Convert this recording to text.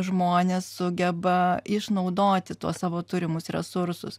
žmonės sugeba išnaudoti tuos savo turimus resursus